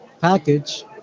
package